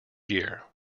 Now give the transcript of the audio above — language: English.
year